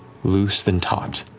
loose then taut.